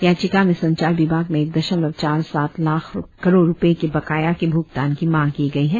याचिका में संचार विभाग में एक दशमलव चार सात लाख करोड़ रुपये के बकाया के भुगतान की मांग की गई है